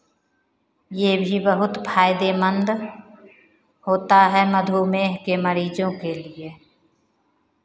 ये भी बहुत फायदेमंद होता है मधुमेह के मरीजों के लिए